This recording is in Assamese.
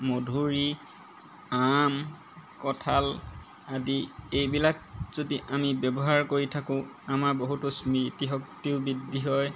মধুৰী আম কঁঠাল আদি এইবিলাক যদি আমি ব্যৱহাৰ কৰি থাকোঁ আমাৰ বহুতো স্মৃতি শক্তিও বৃদ্ধি হয়